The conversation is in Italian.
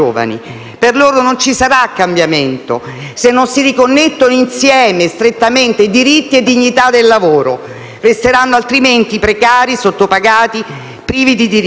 Per loro non ci sarà cambiamento se non si riconnettono insieme, strettamente, diritti e dignità del lavoro. Resteranno altrimenti precari, sottopagati, privi di diritti.